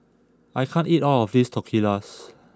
I can't eat all of this Tortillas